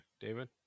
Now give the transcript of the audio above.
David